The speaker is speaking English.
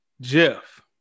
Jeff